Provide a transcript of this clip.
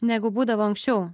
negu būdavo anksčiau